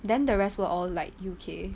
then the rest were all like U_K